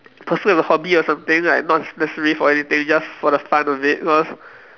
pursue the hobby or something like not necessary for anything just for the fun of it because